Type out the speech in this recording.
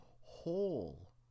whole